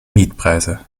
mietpreise